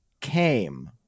came